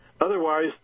Otherwise